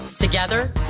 Together